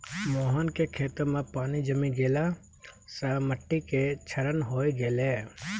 मोहन के खेतो मॅ पानी जमी गेला सॅ मिट्टी के क्षरण होय गेलै